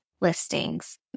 listings